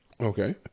Okay